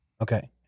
Okay